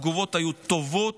התגובות היו טובות,